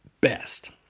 best